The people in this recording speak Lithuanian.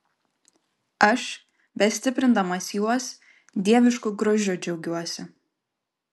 aš bestiprindamas juos dievišku grožiu džiaugiuosi